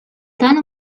tant